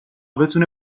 بتونه